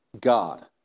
God